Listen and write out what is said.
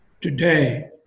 Today